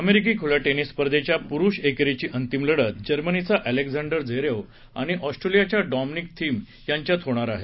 अमेरिकी खुल्या टेनिस स्पर्धेच्या पुरुष एकेरीची अंतिम लढत जर्मनीचा अलेक्झांडर झेवेव्ह आणि ऑस्ट्रियाचा डॉमिनिक थिम यांच्यात होणार आहे